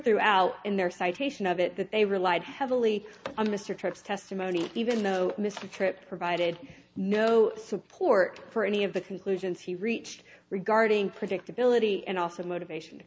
throughout in their citation of it that they relied heavily on mr tripp's testimony even though mr tripp provided no support for any of the conclusions he reached regarding predictability and also motivation